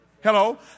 Hello